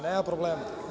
Nema problema.